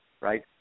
right